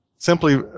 simply